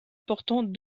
portant